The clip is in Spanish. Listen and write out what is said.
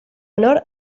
honor